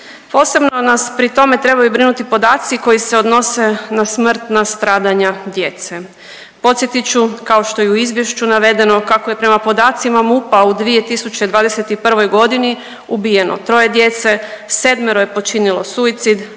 Posebno nas pri tome trebaju brinuti podaci koji se odnose na smrtna stradanja djece. Podsjetit ću kao što je i u izvješću navedeno kako je prema podacima MUP-a u 2021. godini ubijeno 3 djece, 7 je počinilo suicid,